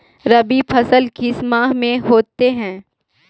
रवि फसल किस माह में होते हैं?